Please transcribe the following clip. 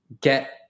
get